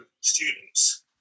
students